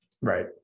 Right